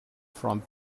front